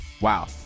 Wow